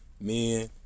men